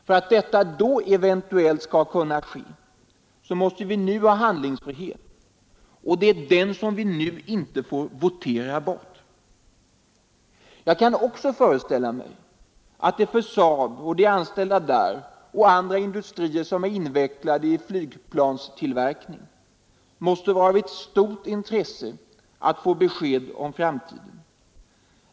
För att detta då skall kunna ske, måste vi nu ha handlingsfrihet, och det är den som vi nu inte får votera bort. Jag kan också föreställa mig att det för SAAB och de anställda där samt för andra industrier som är invecklade i flygplanstillverkning måste vara av stort intresse att få ett besked om framtiden.